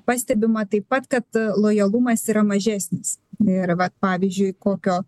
pastebima taip pat kad lojalumas yra mažesnis ir vat pavyzdžiui kokio